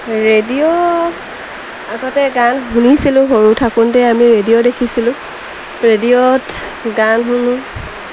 radio আগতে গান শুনিছিলোঁ সৰু থাকোঁতে আমি ৰেডিঅ' দেখিছিলোঁ ৰেডিঅ'ত গান শুনো